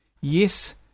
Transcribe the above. Yes